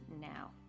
now